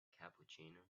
cappuccino